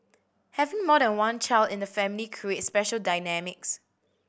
having more than one child in the family creates special dynamics